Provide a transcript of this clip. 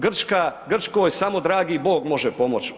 Grčka, Grčkoj samo dragi Bog može pomoći.